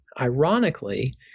Ironically